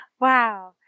Wow